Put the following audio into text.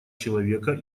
человека